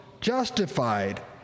justified